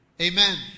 Amen